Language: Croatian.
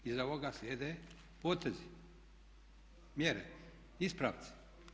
Iza ovoga slijede potezi, mjere, ispravci.